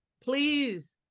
please